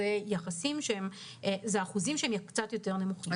אלה אחוזים קצת יותר נמוכים.